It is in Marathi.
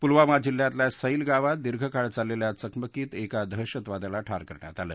पुलवामा जिल्ह्यातल्या सैल गावात दीर्घकाळ चाललेल्या चकमकीत एका दहशतवाद्याला ठार करण्यात आलं